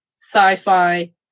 sci-fi